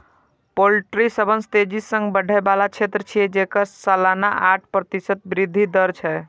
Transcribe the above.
poultry सबसं तेजी सं बढ़ै बला क्षेत्र छियै, जेकर सालाना आठ प्रतिशत वृद्धि दर छै